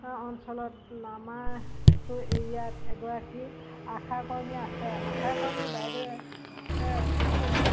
অঞ্চলত আমাৰতো এৰিয়াত এগৰাকী আশা কৰ্মী আছে আশা কৰ্মী বাইদেৱে